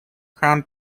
crown